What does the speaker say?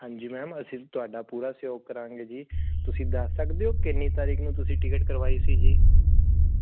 ਹਾਂਜੀ ਮੈਮ ਅਸੀਂ ਤੁਹਾਡਾ ਪੂਰਾ ਸਹਿਯੋਗ ਕਰਾਂਗੇ ਜੀ ਤੁਸੀਂ ਦੱਸ ਸਕਦੇ ਹੋ ਕਿੰਨੀ ਤਾਰੀਕ ਨੂੰ ਤੁਸੀਂ ਟਿਕਟ ਕਰਵਾਈ ਸੀ ਜੀ